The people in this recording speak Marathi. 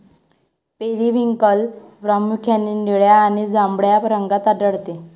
पेरिव्हिंकल प्रामुख्याने निळ्या आणि जांभळ्या रंगात आढळते